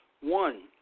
One